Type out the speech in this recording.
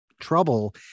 trouble